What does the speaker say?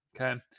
Okay